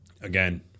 Again